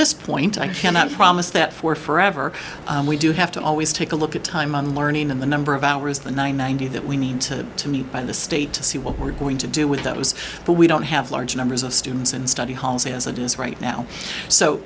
this point i cannot promise that for forever we do have to always take a look at time on learning in the number of hours the nine ninety that we need to to meet by the state to see what we're going to do with those but we don't have large numbers of students in study halls as it is right now so